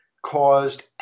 caused